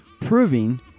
proving